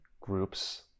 groups